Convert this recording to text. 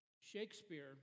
Shakespeare